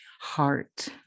heart